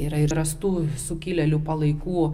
yra ir rastų sukilėlių palaikų